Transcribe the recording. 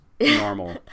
normal